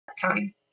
time